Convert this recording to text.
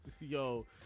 Yo